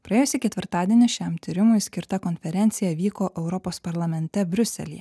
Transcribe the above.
praėjusį ketvirtadienį šiam tyrimui skirta konferencija vyko europos parlamente briuselyje